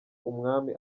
umwami